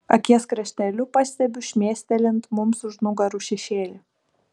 akies krašteliu pastebiu šmėstelint mums už nugarų šešėlį